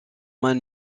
mains